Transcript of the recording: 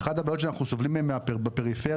אחד הדברים שאנחנו סובלים ממנו בפריפריה,